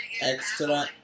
Extra